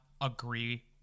agree